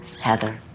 Heather